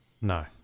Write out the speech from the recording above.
No